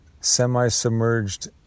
semi-submerged